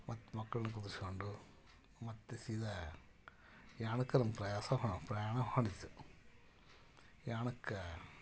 ಮತ್ತು ಮಕ್ಕಳನ್ನ ಕುಂದಿರಿಸ್ಕೊಂಡು ಮತ್ತೆ ಸೀದಾ ಯಾಣಕ್ಕೆ ನಮ್ಮ ಪ್ರಯಾಸ ಹೊಂ ಪ್ರಯಾಣ ಹೊಂಡಿತ್ತು ಯಾಣಕ್ಕೆ